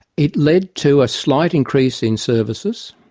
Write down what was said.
it led to a slight increase in services.